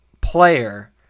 player